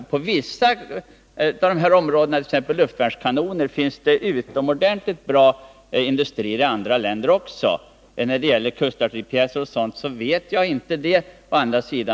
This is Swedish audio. Jag vet visserligen att det för vissa av de här kanonerna, t.ex. för luftvärnskanonerna, finns utomordentligt bra industrier också i andra länder, men när det gäller t.ex. kustartilleripjäser vet jag inte hur det förhåller sig.